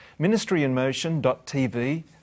MinistryInmotion.tv